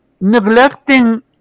neglecting